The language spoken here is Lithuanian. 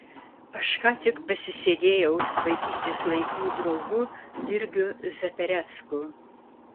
aš ką tik pasisėdėjau su vaikystės laikų draugu virgiu zaperecku